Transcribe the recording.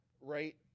right